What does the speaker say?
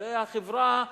זו החברה,